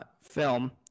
film